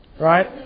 right